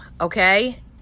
okay